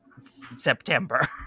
September